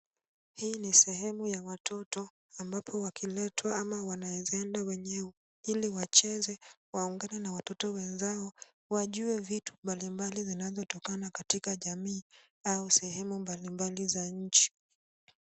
Hii ni sehemu ya watoto ambapo wakiletwa ama wanaeza enda wenyewe ili wacheze waungane na watoto wenzao wajue vitu mbalimbali zinazotokana katika jamii au sehemu mbalimbali za nchi.